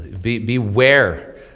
beware